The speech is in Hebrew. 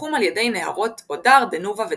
תחום על ידי נהרות אודר, דנובה ודנייפר.